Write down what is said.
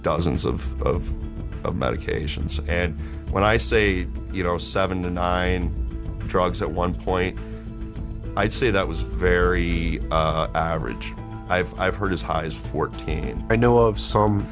dozens of of medications and when i say you know seven and i in drugs at one point i'd say that was very average i've i've heard as high as fourteen i know of some